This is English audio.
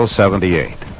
78